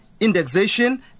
indexation